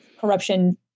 corruption